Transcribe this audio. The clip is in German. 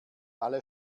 alle